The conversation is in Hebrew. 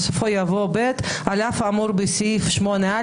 בסופו יבוא "(ב) על אף האמור בסעיף 8(א),